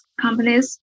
companies